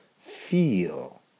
feel